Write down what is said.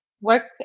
work